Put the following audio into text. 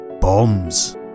Bombs